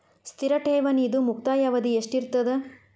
ಸ್ಥಿರ ಠೇವಣಿದು ಮುಕ್ತಾಯ ಅವಧಿ ಎಷ್ಟಿರತದ?